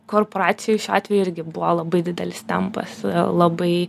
korporacijoj šiuo atveju irgi buvo labai didelis tempas labai